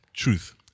truth